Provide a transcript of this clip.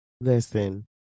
listen